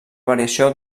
variació